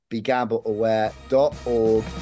BeGambleAware.org